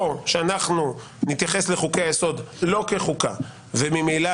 או שאנחנו נתייחס לחוקי היסוד לא כחוקה וממילא